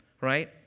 right